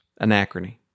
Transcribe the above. Anachrony